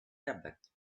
tablet